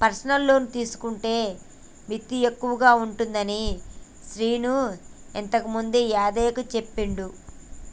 personal loan తీసుకుంటే మిత్తి తక్కువగా ఉంటుందని శీను ఇంతకుముందే యాదయ్యకు చెప్పిండు